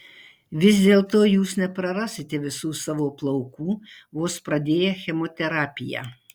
vis dėlto jūs neprarasite visų savo plaukų vos pradėję chemoterapiją